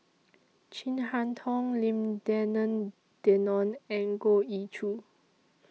Chin Harn Tong Lim Denan Denon and Goh Ee Choo